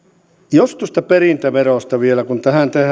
jos tuosta perintöverosta vielä kun